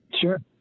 Sure